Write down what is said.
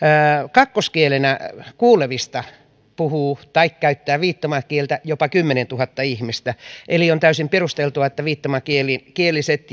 kuulevista viittomakieltä käyttää kakkoskielenä jopa kymmenentuhatta ihmistä eli on täysin perusteltua että viittomakieliset